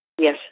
Yes